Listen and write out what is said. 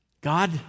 God